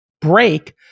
break